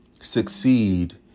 succeed